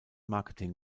marketing